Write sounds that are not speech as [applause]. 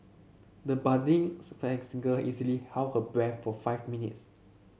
the budding [unintelligible] singer easily held her breath for five minutes